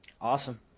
Awesome